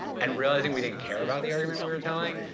and realizing we didn't care about the argument we were telling,